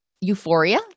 euphoria